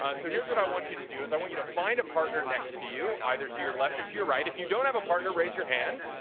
so here's what i want you to do is i want you to find a partner next to you either to your left or to your right. if you don't have a partner, raise your hand.